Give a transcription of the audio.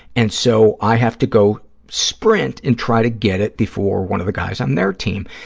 and so, i have to go sprint and try to get it before one of the guys on their team.